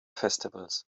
festivals